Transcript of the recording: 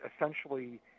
essentially